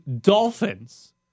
Dolphins